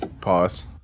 Pause